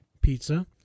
pizza